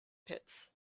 pits